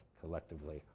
collectively